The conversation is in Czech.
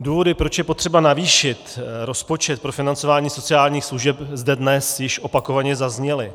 Důvody, proč je potřeba navýšit rozpočet pro financování sociálních služeb, zde dnes již opakovaně zazněly.